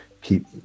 keep